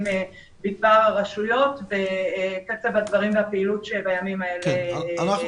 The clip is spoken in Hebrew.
בדבר הרשויות וקצב הדברים והפעילות בימים האלה.